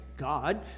God